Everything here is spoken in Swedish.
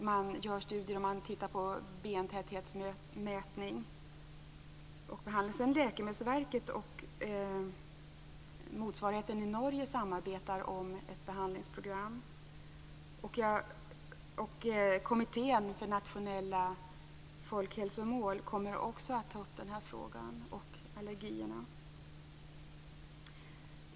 Där görs studier, och man gör bl.a. bentäthetsmätningar. Läkemedelsverket och motsvarigheten i Norge samarbetar om ett behandlingsprogram. Kommittén för nationella folkhälsomål kommer också att ta upp den frågan och allergifrågan.